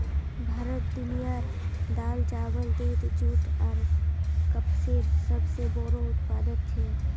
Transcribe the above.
भारत दुनियार दाल, चावल, दूध, जुट आर कपसेर सबसे बोड़ो उत्पादक छे